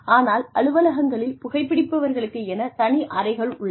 ஆனால் அலுவலகங்களில் புகைபிடிப்பவர்களுக்கென தனி அறைகள் உள்ளன